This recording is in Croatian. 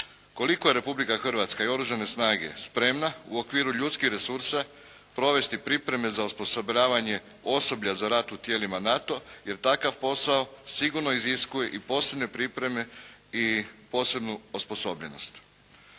koliko je Republika Hrvatska i Oružane snage spremna, u okviru ljudskih resursa, provesti pripreme za osposobljavanje za rad u tijelima NATO jer takav posao sigurno iziskuje i posebne pripreme i posebnu osposobljenost.